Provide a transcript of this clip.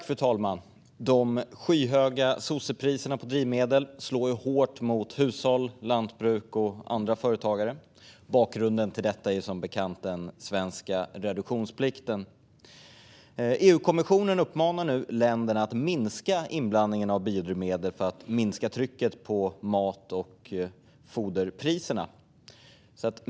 Fru talman! De skyhöga sossepriserna på drivmedel slår hårt mot hushåll, lantbruk och andra företagare. Bakgrunden till detta är som bekant den svenska reduktionsplikten. EU-kommissionen uppmanar nu länderna att minska inblandningen av biodrivmedel för att minska trycket på mat och foderpriserna.